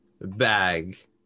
bag